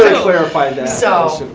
clarified that, so